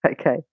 okay